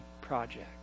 project